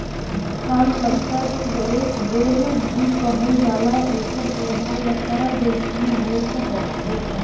कामलता के गणेश बेल भी कहल जाला एकर पौधा लता जइसन होत बा